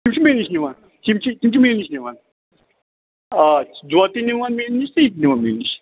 تِم چھِ مےٚ نِش نِوان تِم چھِ تِم چھِ مےٚ نِش نِوان آ دۄد تہِ نِوان مےٚ نِش تہٕ یہِ تہِ نِوان مےٚ نِش